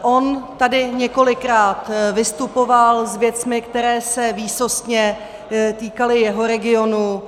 On tady několikrát vystupoval s věcmi, které se výsostně týkaly jeho regionu.